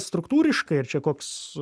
struktūriškai ir čia koks